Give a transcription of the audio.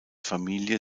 familie